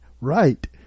Right